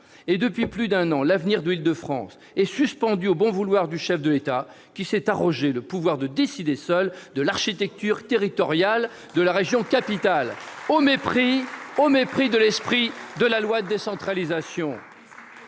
! Depuis plus d'un an, l'avenir de l'Île-de-France est suspendu au bon vouloir du chef de l'État, qui s'est arrogé le pouvoir de décider seul de l'architecture territoriale de la région capitale, au mépris de l'esprit de la loi de décentralisation.